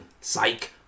Psych